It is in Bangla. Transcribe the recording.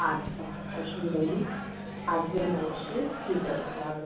আচ্ছা অসুবিধা নেই আসবেন অবশ্যই ঠিক আছে তাহলে